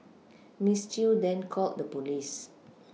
Miss Chew then called the police